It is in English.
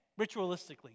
Ritualistically